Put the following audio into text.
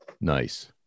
Nice